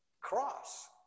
cross